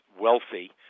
wealthy